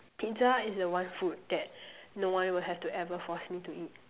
Pizza is the one food that no one will have to ever force me to eat